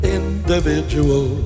individual